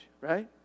right